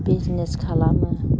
business खालामो